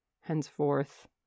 Henceforth